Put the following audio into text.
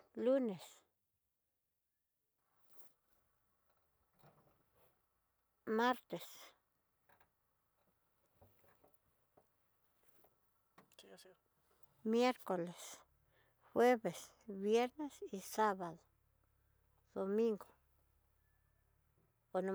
Lunes, martes, miercoles, jueves, viernes sabado y domingo.